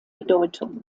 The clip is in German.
bedeutung